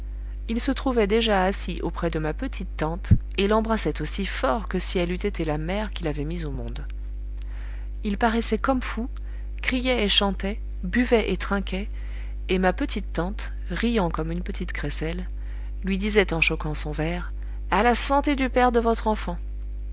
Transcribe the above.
il se trouvait déjà assis auprès de ma petite tante et l'embrassait aussi fort que si elle eût été la mère qui l'avait mis au monde il paraissait comme fou criait et chantait buvait et trinquait et ma petite tante riant comme une petite crécelle lui disait en choquant son verre à la santé du père de votre enfant